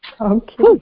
Okay